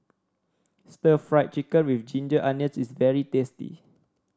Stir Fried Chicken with Ginger Onions is very tasty